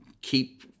keep